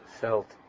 felt